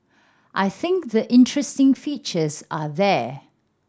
I think the interesting features are there